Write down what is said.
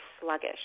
sluggish